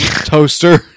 Toaster